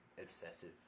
obsessive